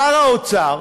שר האוצר,